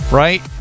right